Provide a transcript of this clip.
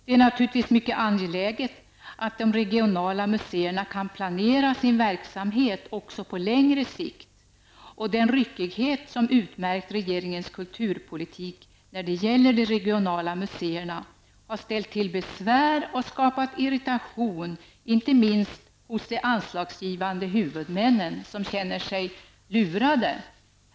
Det är naturligtvis mycket angeläget att de regionala museerna kan planera sin verksamhet också på längre sikt. Den ryckighet som har utmärkt regeringens kulturpolitik när det gäller de regionala museerna har ställt till besvär och skapat irritation, inte minst hos de anslagsgivande huvudmännen som känner sig lurade.